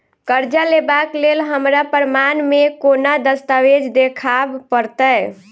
करजा लेबाक लेल हमरा प्रमाण मेँ कोन दस्तावेज देखाबऽ पड़तै?